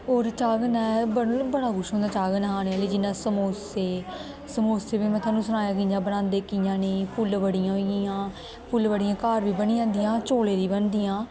होर चाह् कन्नै ब बड़ा किश होंदा चाह् कन्नै खाने आह्ली जियां समोसे समोसे बी में तोआनूं सनाया कि कि'यां बनांदे कि'यां नेईं फुल्लबड़ियां होई गेइयां फुल्लबड़ियां घर बी बनी जंदियां चौलें दी बनदियां